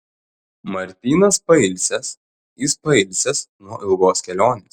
martynas pailsęs jis pailsęs nuo ilgos kelionės